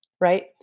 right